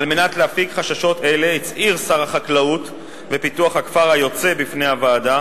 כדי להפיג חששות אלה הצהיר שר החקלאות ופיתוח הכפר היוצא בפני הוועדה